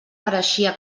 pareixia